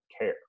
care